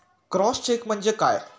Cross check म्हणजे काय?